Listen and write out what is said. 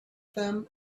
them